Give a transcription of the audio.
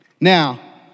Now